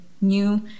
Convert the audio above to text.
new